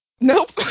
Nope